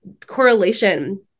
correlation